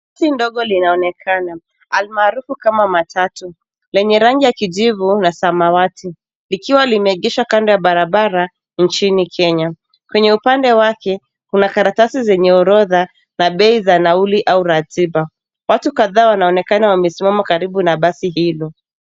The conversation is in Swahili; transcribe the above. Basi ndogo linaonekana maarufu kama matatu, lenye rangi ya kijivu na samawati, likiwa limeegeshwa kando ya barabara nchini Kenya. Kwenye upande wake, kuna karatasi zenye orodha za bei za nauli au ratiba. Watu kadhaa wanaonekana wamesimama karibu na basi hilo.